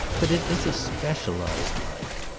but it is a specialised life.